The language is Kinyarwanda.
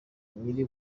nyiri